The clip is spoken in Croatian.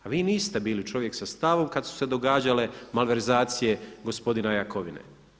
A vi niste bili čovjek sa stavom kada su se događale malverzacije gospodina Jakovine.